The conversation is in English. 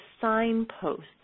signposts